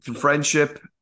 friendship